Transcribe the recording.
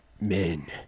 men